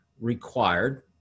required